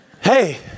Hey